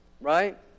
right